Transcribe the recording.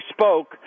spoke